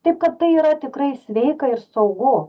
taip kad tai yra tikrai sveika ir saugu